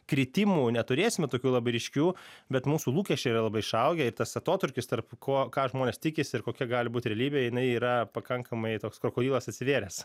kritimų neturėsime tokių labai ryškių bet mūsų lūkesčiai yra labai išaugę ir tas atotrūkis tarp ko ką žmonės tikisi ir kokia gali būti realybė jinai yra pakankamai toks krokodilas atsivėręs